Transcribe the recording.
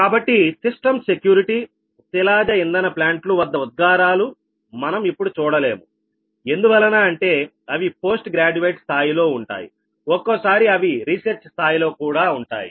కాబట్టి system security శిలాజ ఇంధన ప్లాంట్లు వద్ద ఉద్గారాలు మనం ఇప్పుడు చూడలేము ఎందువలన అంటే అవి పోస్ట్ గ్రాడ్యుయేట్ స్థాయిలో ఉంటాయి ఒక్కోసారి అవి రీసెర్చ్ స్థాయిలో కూడా ఉంటాయి